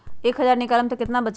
एक हज़ार निकालम त कितना वचत?